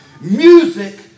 Music